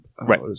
Right